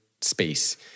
space